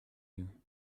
you